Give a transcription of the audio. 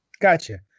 Gotcha